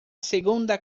segunda